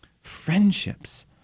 friendships